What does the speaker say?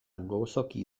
gozoki